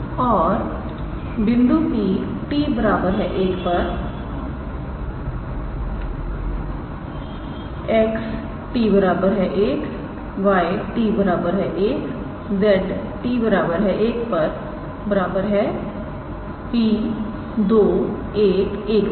और बिंदु P 𝑡 1 पर 𝑃𝑥𝑡 1 𝑦𝑡 1 𝑧𝑡 1 𝑃21 1 3 है